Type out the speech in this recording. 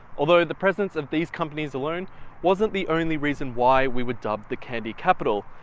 although the presence of these companies alone wasn't the only reason why we were dubbed the candy capital.